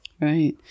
Right